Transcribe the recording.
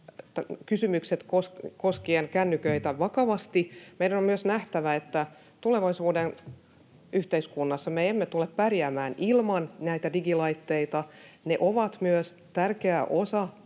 kysymykset koskien kännyköitä. Meidän on myös nähtävä, että tulevaisuuden yhteiskunnassa me emme tule pärjäämään ilman näitä digilaitteita. Ne ovat myös tärkeä osa